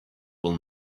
will